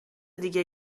دیگه